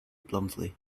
bluntly